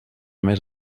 més